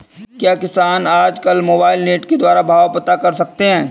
क्या किसान आज कल मोबाइल नेट के द्वारा भाव पता कर सकते हैं?